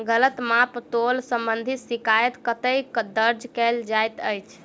गलत माप तोल संबंधी शिकायत कतह दर्ज कैल जाइत अछि?